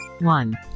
One